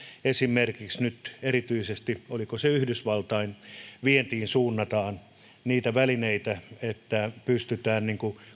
esimerkiksi nyt erityisesti oliko se yhdysvaltain vientiin suunnataan niitä välineitä että pystytään